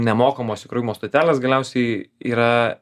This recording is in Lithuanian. nemokamos įkrovimo stotelės galiausiai yra